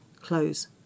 close